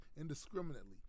indiscriminately